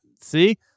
see